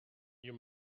you